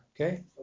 okay